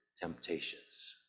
temptations